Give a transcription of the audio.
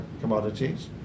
commodities